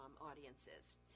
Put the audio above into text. audiences